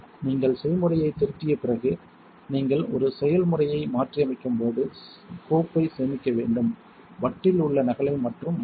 நீங்கள் செய்முறையைத் திருத்திய பிறகு நீங்கள் ஒரு செயல்முறையை மாற்றியமைக்கும் போது கோப்பைச் சேமிக்க வேண்டும் வட்டில் உள்ள நகலை மட்டும் மாற்றவும்